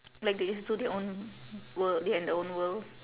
like they just do their own world they in their own world